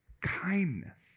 kindness